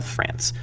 France